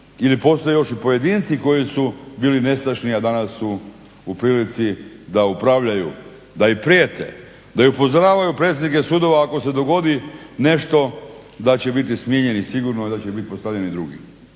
ili postoje još i pojedinci koji su bili nestašni, a danas su u prilici da upravljaju, da prijete, da upozoravaju predsjednike sudova ako se dogodi nešto da će biti smijenjeni sigurno, da će biti postavljeni drugi.